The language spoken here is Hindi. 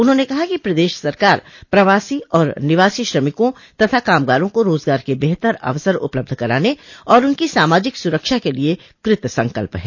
उन्होंने कहा कि प्रदश सरकार प्रवासी और निवासी श्रमिकों तथा कामगारों को रोजगार के बेहतर अवसर उपलब्ध कराने और उनकी सामाजिक सुरक्षा के लिए कृतसंकल्प है